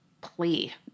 plea